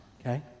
okay